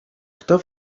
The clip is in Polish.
kto